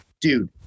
Dude